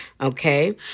okay